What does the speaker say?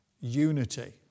unity